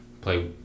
play